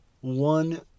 one